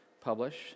publish